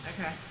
Okay